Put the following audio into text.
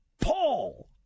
Paul